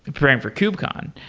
preparing for kubecon.